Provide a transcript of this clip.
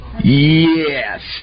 Yes